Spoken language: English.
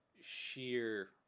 Sheer